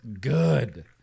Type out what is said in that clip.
good